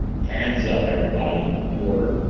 hands up, everybody! he ordered,